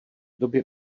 době